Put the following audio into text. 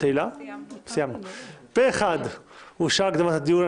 פה אחד אושרה הקדמת הדיון.